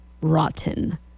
rotten